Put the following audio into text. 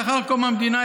לאחר קום המדינה,